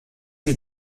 die